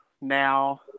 now